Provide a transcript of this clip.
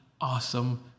awesome